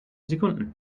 sekunden